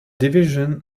division